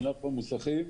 ענף המוסכים,